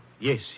Yes